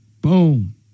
Boom